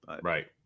Right